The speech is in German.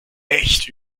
echt